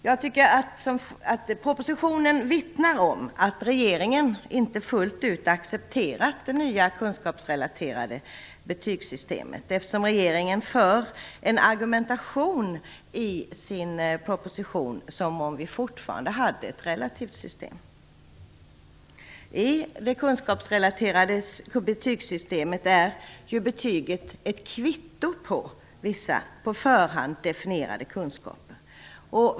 Jag tycker att propositionen vittnar om att regeringen inte fullt ut accepterat det nya kunskapsrelaterade betygssystemet eftersom regeringen för en argumentation i sin proposition som om vi fortfarande hade ett relativt system. I det kunskapsrelaterade betygssystemet är betyget ett kvitto på vissa på förhand definierade kunskaper.